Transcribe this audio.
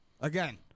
Again